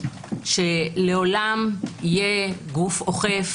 שלעולם יהיה גוף אוכף,